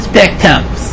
victims